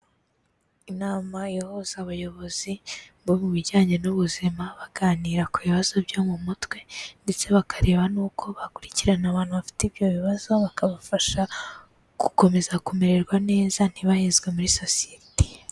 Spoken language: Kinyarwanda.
Inama ihuza abayobozi bo mu bijyanye n'ubuzima baganira ku bibazo byo mu mutwe ndetse bakareba n'uko bakurikirana abantu bafite ibyo bibazo bakabafasha gukomeza kumererwa neza ntibahezwe muri sosiyete.